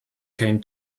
came